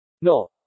No